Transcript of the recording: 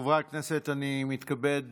חברי הכנסת, אני מתכבד